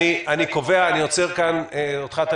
אני עוצר כאן אותך,